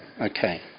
Okay